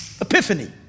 epiphany